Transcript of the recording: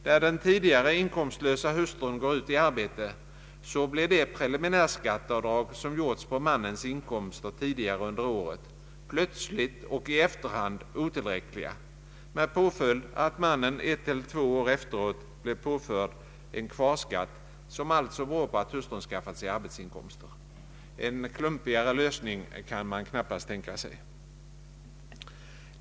När den tidigare inkomstlösa hustrun går ut i arbete, blir de preliminärskatteavdrag som gjorts på mannens inkomster tidigare under året plötsligt och i efterhand otillräckliga, med följd att mannen ett eller två år efteråt blir påförd en kvarskatt, som alltså beror på att hustrun skaffat sig arbetsinkomster. En klumpigare lösning kan man knappast tänka sig.